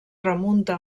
remunta